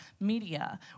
media